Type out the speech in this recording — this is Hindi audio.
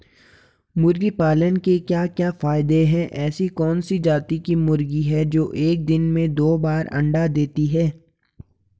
मुर्गी पालन के क्या क्या फायदे हैं ऐसी कौन सी जाती की मुर्गी है जो एक दिन में दो बार अंडा देती है?